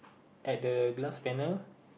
at the glass panel